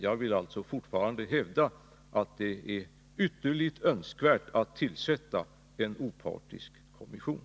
Jag vill alltså fortfarande hävda att det är ytterligt önskvärt att tillsätta en opartisk kommission.